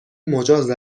مجاز